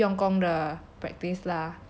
用功的 practice lah